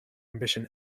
ambition